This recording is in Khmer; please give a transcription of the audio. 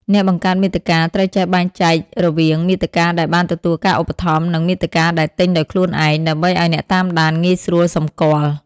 អ្នកបង្កើតមាតិកាត្រូវចេះបែងចែករវាង "មាតិកាដែលបានទទួលការឧបត្ថម្ភ" និង "មាតិកាដែលទិញដោយខ្លួនឯង" ដើម្បីឱ្យអ្នកតាមដានងាយស្រួលសម្គាល់។